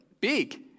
big